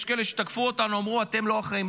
יש כאלה שתקפו אותנו, אמרו: אתם לא אחראים.